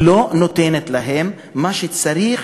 לא נותנת להם את מה שצריך